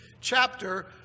chapter